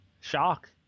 Shock